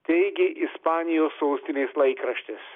teigė ispanijos sostinės laikraštis